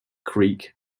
creek